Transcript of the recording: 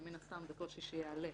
ומן הסתם זה קושי שיעלה.